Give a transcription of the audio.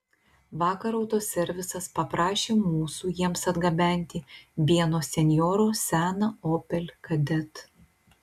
vakar autoservisas paprašė mūsų jiems atgabenti vieno senjoro seną opel kadett